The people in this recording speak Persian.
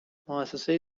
مؤسسه